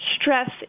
stress